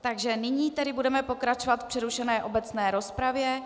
Takže nyní tedy budeme pokračovat v přerušené obecné rozpravě.